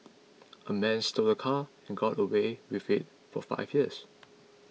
a man stole a car and got away with it for five years